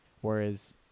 whereas